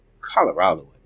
Colorado